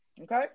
Okay